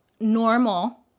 normal